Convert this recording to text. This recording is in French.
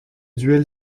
duel